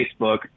Facebook